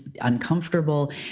uncomfortable